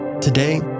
Today